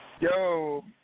Yo